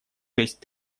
шесть